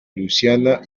luisiana